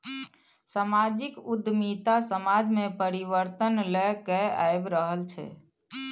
समाजिक उद्यमिता समाज मे परिबर्तन लए कए आबि रहल छै